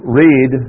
read